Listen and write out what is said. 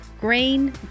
grain